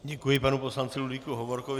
Děkuji panu poslanci Ludvíku Hovorkovi.